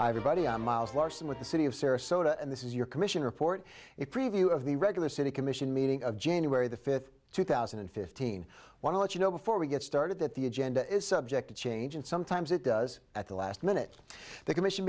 everybody myles larson with the city of sarasota and this is your commission report it preview of the regular city commission meeting of january the fifth two thousand and fifteen want to let you know before we get started that the agenda is subject to change and sometimes it does at the last minute they commission